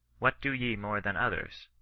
what do ye more than others?